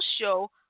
show